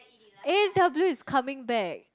A-and-W is coming back